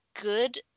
good